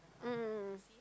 mm mm mm